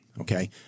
Okay